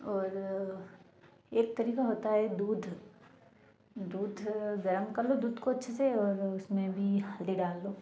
और एक तरीका होता है दूध दूध गर्म कर लो दूध को अच्छे से और उसमें भी हल्दी डाल लो